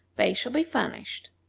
they shall be furnished.